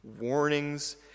warnings